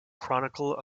chronicle